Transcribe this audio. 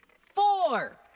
four